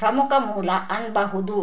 ಪ್ರಮುಖ ಮೂಲ ಅನ್ಬಹುದು